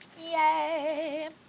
Yay